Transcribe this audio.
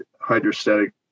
hydrostatic